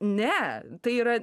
ne tai yra